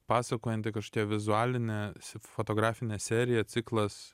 pasakojanti kažkokia vizualinė fotografinė serija ciklas